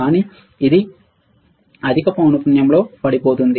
కానీ ఇది అధిక పౌన పున్యంలో పడిపోతుంది